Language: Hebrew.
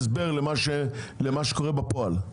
תתני הסבר למה שקורה בפועל,